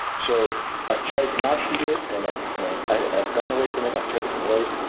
so i've tried not to do it and ah you know i've i've gone away from it i've tried different ways.